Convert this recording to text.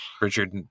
richard